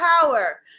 power